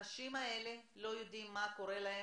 במקביל אנחנו ממשיכים לנהל משא ומתן שלנו ביחד ללא קשר אליהם,